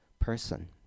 person